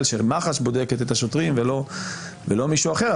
שמח"ש בודקת את השוטרים ולא מישהו אחר,